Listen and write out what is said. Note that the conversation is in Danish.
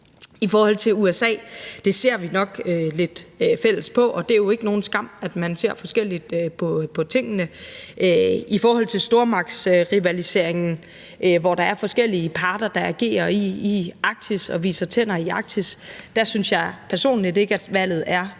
I forhold til USA ser vi nok lidt forskelligt på det, og det er jo ikke nogen skam, at man ser forskelligt på tingene. I forhold til stormagtsrivaliseringen, hvor der er forskellige parter, der agerer i Arktis og viser tænder i Arktis, synes jeg personligt ikke, at valget er så svært.